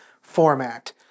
format